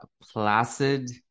placid